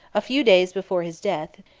a few days before his death,